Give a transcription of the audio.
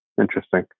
Interesting